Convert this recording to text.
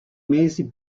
mesi